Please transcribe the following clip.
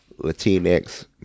Latinx